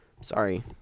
Sorry